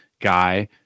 guy